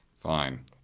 Fine